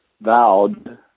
vowed